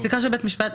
הפסיקה של בית המשפט,